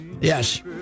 Yes